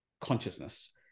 consciousness